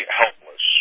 helpless